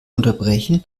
unterbrechen